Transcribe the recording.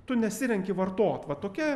tu nesirenki vartot va tokia